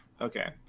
okay